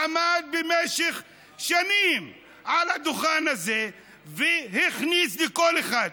עמד במשך שנים על הדוכן הזה והכניס לכל אחד,